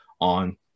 on